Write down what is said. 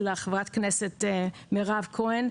לחברת הכנסת מירב כהן,